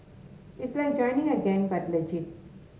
it's like joining a gang but legit